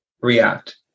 React